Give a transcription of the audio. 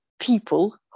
people